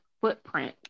footprint